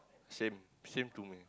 same same to me